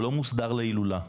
הוא לא מוסדר להילולה.